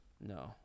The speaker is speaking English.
No